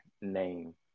name